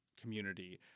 community